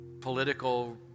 political